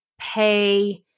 pay